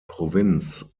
provinz